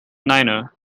niner